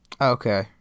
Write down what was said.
Okay